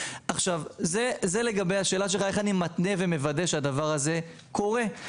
זה לגבי השאלה שלך איך אני מתנה ומוודא שהדבר הזה קורה.